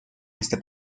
este